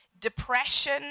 depression